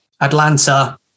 Atlanta